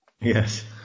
Yes